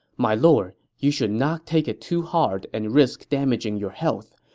my lord, you should not take it too hard and risk damaging your health.